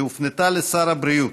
שהופנתה לשר הבריאות.